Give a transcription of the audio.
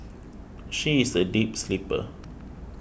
she is a deep sleeper